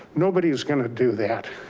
nobody is gonna do that.